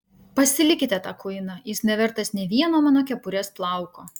pasilikite tą kuiną jis nevertas nė vieno mano kepurės plauko